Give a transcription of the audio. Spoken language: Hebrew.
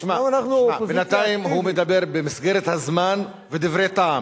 בינתיים הוא מדבר במסגרת הזמן ודברי טעם.